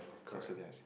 subsidise